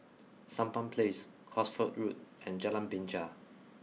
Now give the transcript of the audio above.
Sampan Place Cosford Road and Jalan Binja